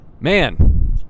Man